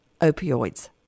opioids